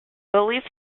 beliefs